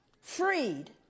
Freed